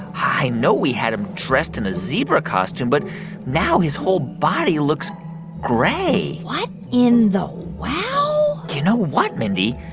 i know we had him dressed in a zebra costume, but now his whole body looks gray what in the wow? you know what, mindy?